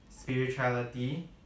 spirituality